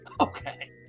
Okay